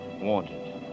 wanted